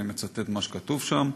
אני מצטט מה שכתוב שם,